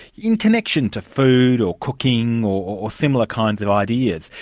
in connection to food or cooking or similar kinds of ideas.